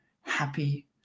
happy